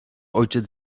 ojciec